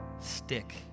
stick